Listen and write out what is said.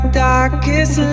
darkest